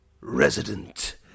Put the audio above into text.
Resident